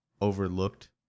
overlooked